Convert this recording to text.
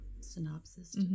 synopsis